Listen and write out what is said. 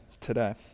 today